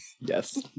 Yes